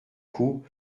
coup